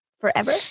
forever